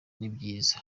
nibyiza